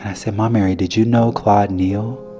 and i said, ma mary, did you know claude neal?